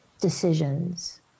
decisions